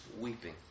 weeping